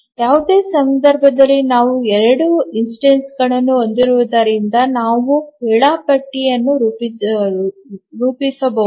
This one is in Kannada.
ಯಾವುದೇ ಸಂದರ್ಭಗಳಲ್ಲಿ ನಾವು 2 ನಿದರ್ಶನಗಳನ್ನು ಹೊಂದಿರುವುದರಿಂದ ನಾವು ವೇಳಾಪಟ್ಟಿಯನ್ನು ರೂಪಿಸಬಹುದು